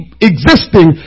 existing